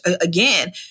Again